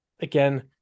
again